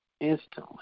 instantly